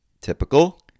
typical